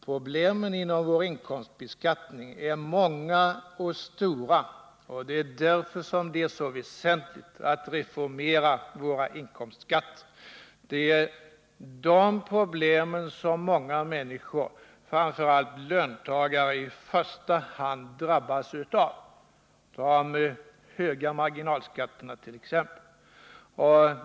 Problemen inom vår inkomstbeskattning är många och stora, och det är därför det är så väsentligt att reformera våra inkomstskatter. Det är de problemen som många människor, i första hand löntagarna, drabbas av, t.ex. de höga marginalskatterna.